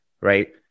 right